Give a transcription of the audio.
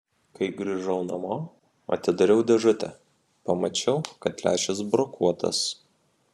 kai grįžau namo atidariau dėžutę pamačiau kad lęšis brokuotas